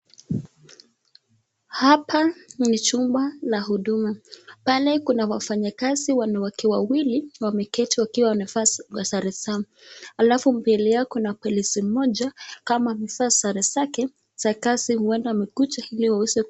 Hapa ni chumba la huduma , pale kuna wafanyikazi wanawake wawili wameketi wakiwa wamevaa sare zao, alafu mbele yao kuna polisi mmoja kama amevaa sare zake za kazi huenda amekuja ili aweze.